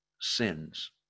sins